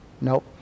Nope